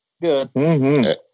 Good